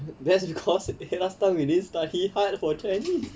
that's because last time we didn't study hard for chinese